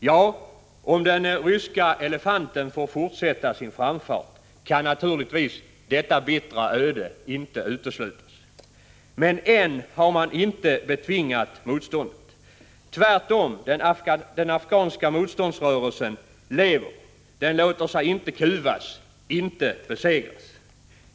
Ja, om den ryska elefanten får fortsätta sin framfart kan naturligtvis detta bittra öde inte uteslutas. Men än har man inte betvingat motståndet. Tvärtom — den afghanska motståndsrörelsen lever. Den låter sig inte kuvas, inte besegras.